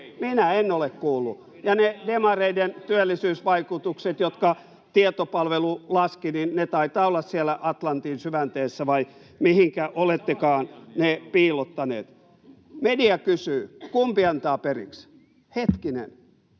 Minä en ole kuullut. Ja ne demareiden työllisyysvaikutukset, jotka tietopalvelu laski, taitavat olla siellä Atlantin syvänteessä, vai mihinkä olettekaan ne piilottaneet. Media kysyy, kumpi antaa periksi. Hetkinen: